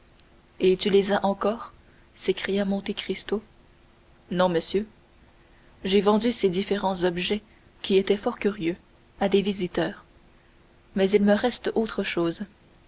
et tu les as encore s'écria monte cristo non monsieur j'ai vendu ces différents objets qui étaient fort curieux à des visiteurs mais il me reste autre chose